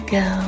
go